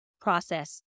process